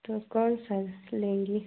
तो कौन सा लेंगी